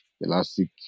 Elastic